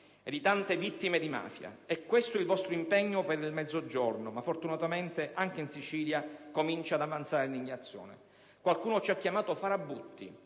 di tante vittime della mafia. È questo il vostro impegno per il Mezzogiorno, ma fortunatamente anche in Sicilia comincia ad avanzare l'indignazione. Qualcuno ci ha chiamato farabutti: